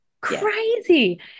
Crazy